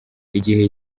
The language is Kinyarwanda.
igihe